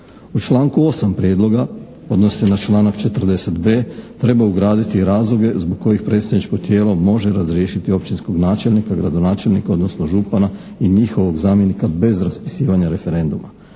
U članku 8. prijedloga, odnosi se na članak 40.b treba ugraditi razloge zbog kojih predstavničko tijelo može razriješiti općinskog načelnika, gradonačelnika, odnosno župana i njihovog zamjenika bez raspisivanja referenduma.